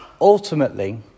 ultimately